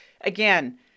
again